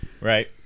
Right